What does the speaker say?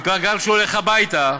גם כשהוא הולך הביתה,